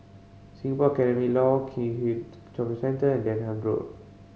Singapore Academy Law Keat Shopping Centre and Denham Road